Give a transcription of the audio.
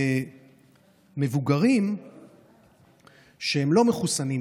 ומבוגרים שהם לא מחוסנים,